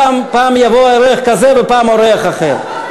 פעם יבוא אורח כזה, ופעם אורח אחר.